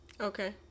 Okay